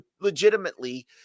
legitimately